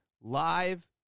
live